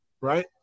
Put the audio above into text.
right